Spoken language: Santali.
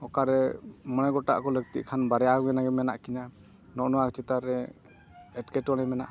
ᱚᱠᱟᱨᱮ ᱢᱚᱬᱮ ᱜᱚᱴᱟᱜ ᱠᱚ ᱞᱟᱹᱠᱛᱤ ᱠᱷᱟᱱ ᱵᱟᱨᱭᱟ ᱜᱮ ᱦᱩᱱᱟᱹᱜ ᱢᱮᱱᱟᱜ ᱠᱤᱱᱟ ᱱᱚᱜᱼᱚᱸᱭ ᱱᱚᱣᱟ ᱪᱮᱛᱟᱱ ᱨᱮ ᱮᱴᱠᱮᱴᱚᱬᱮ ᱢᱮᱱᱟᱜᱼᱟ